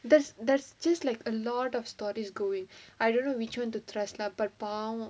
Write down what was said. there's there's just like a lot of stories going I don't know which [one] to trust lah but பாவோ:paavo